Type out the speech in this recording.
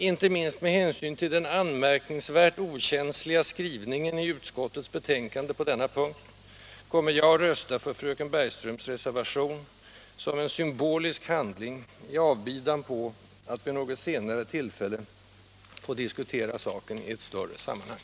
Inte minst med hänsyn till den anmärkningsvärt okänsliga skrivningen i utskottets betänkande på denna punkt kommer jag dock att rösta för fröken Bergströms reservation, som en symbolisk handling i avbidan på att vid något senare tillfälle få diskutera saken i ett större sammanhang.